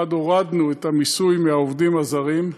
1. הורדנו את המיסוי של העובדים הזרים,